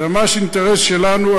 זה ממש אינטרס שלנו.